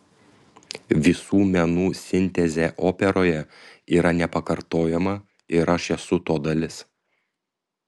visų menų sintezė operoje yra nepakartojama ir aš esu to dalis